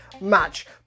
Match